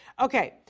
Okay